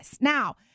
Now